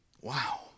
wow